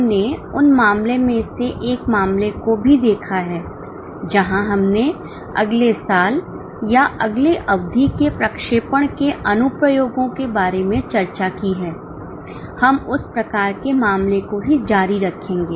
हमने उन मामले में से एक मामले को भी देखा है जहां हमने अगले साल या अगले अवधि के प्रक्षेपण के अनुप्रयोगों के बारे में चर्चा की है हम उस प्रकार के मामले को ही जारी रखेंगे